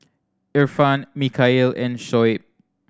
Irfan Mikhail and Shoaib